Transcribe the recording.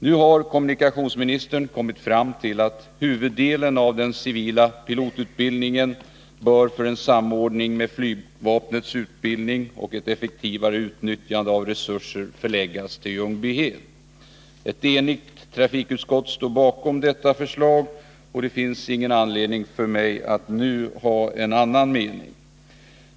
Nu har kommunikationsministern kommit fram till att huvuddelen av den civila pilotutbildningen bör, för en samordning med flygvapnets utbildning och ett effektivare utnyttjande av resurser, förläggas till Ljungbyhed. Ett enigt trafikutskott står bakom detta förslag, och det finns ingen anledning för mig att nu ha en annan mening.